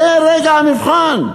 זה רגע המבחן.